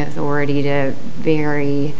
authority to vary